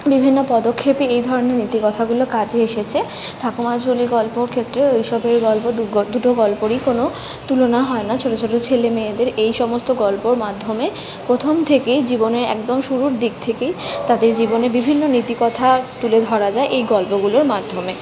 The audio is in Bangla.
বিভিন্ন পদক্ষেপে এই ধরনের নীতিকথাগুলো কাজে এসেছে ঠাকুরমার ঝুলি গল্পর ক্ষেত্রে ও ঈশপের গল্প দুটো গল্পরই কোনো তুলনা হয় না ছোট ছোট ছেলে মেয়েদের এই সমস্ত গল্পর মাধ্যমে প্রথম থেকেই জীবনের একদম শুরুর দিক থেকেই তাদের জীবনে বিভিন্ন নীতিকথা তুলে ধরা যায় এই গল্পগুলোর মাধ্যমে